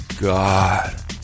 God